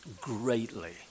GREATLY